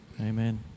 Amen